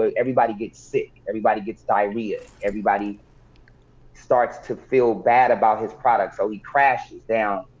ah everybody gets sick, everybody gets diarrhea, everybody starts to feel bad about his product. so, he crashes down,